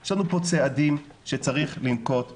יש לנו פה צעדים שצריך לנקוט מיידית,